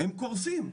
הם קורסים.